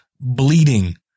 bleeding